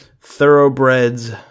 Thoroughbreds